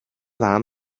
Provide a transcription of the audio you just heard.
warm